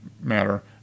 matter